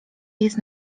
jest